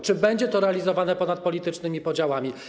Czy będzie to realizowane ponad politycznymi podziałami?